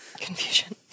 confusion